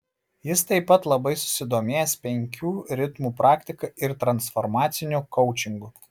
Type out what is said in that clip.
jis taip pat labai susidomėjęs penkių ritmų praktika ir transformaciniu koučingu